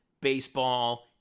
baseball